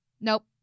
Nope